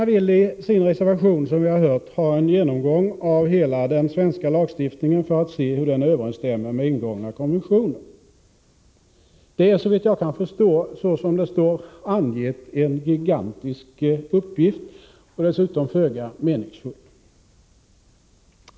Som vi har hört begär moderaterna i sin reservation en genomgång av hela den svenska lagstiftningen för att se hur den överensstämmer med ingångna konventioner. Det är såvitt jag kan förstå och såsom det är angett en gigantisk uppgift, och dessutom en föga meningsfull sådan.